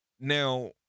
now